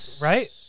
Right